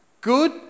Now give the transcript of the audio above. good